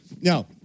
Now